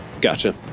Gotcha